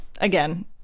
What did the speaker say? again